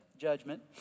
judgment